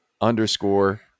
underscore